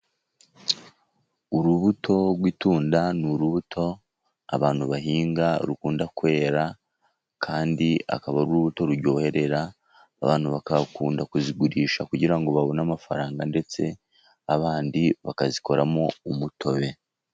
Urubuto rw'itunda ni urubuto abantu bahinga rukunda kwera, kandi akaba ari urubuto ruryoherera, abantu bagakunda kuzigurisha, kugira ngo babone amafaranga, ndetse abandi bakazikoramo umutobe.